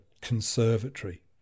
conservatory